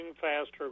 faster